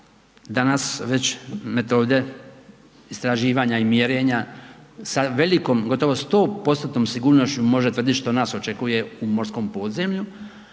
danas već metode istraživanja i mjerenja sa velikom gotovo 100%-tnom sigurnošću može tvrditi što nas očekuje u morskom podzemlju.